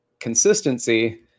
consistency